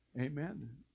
Amen